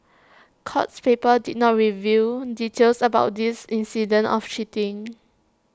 courts papers did not reveal details about these incidents of cheating